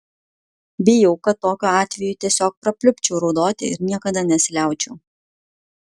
bijau kad tokiu atveju tiesiog prapliupčiau raudoti ir niekada nesiliaučiau